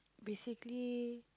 basically